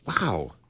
Wow